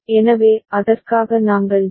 எனவே அதற்காக நாங்கள் ஜே